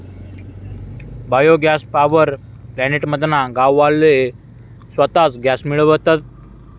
bio gas power plant मधना गाववाले स्वताच गॅस मिळवतत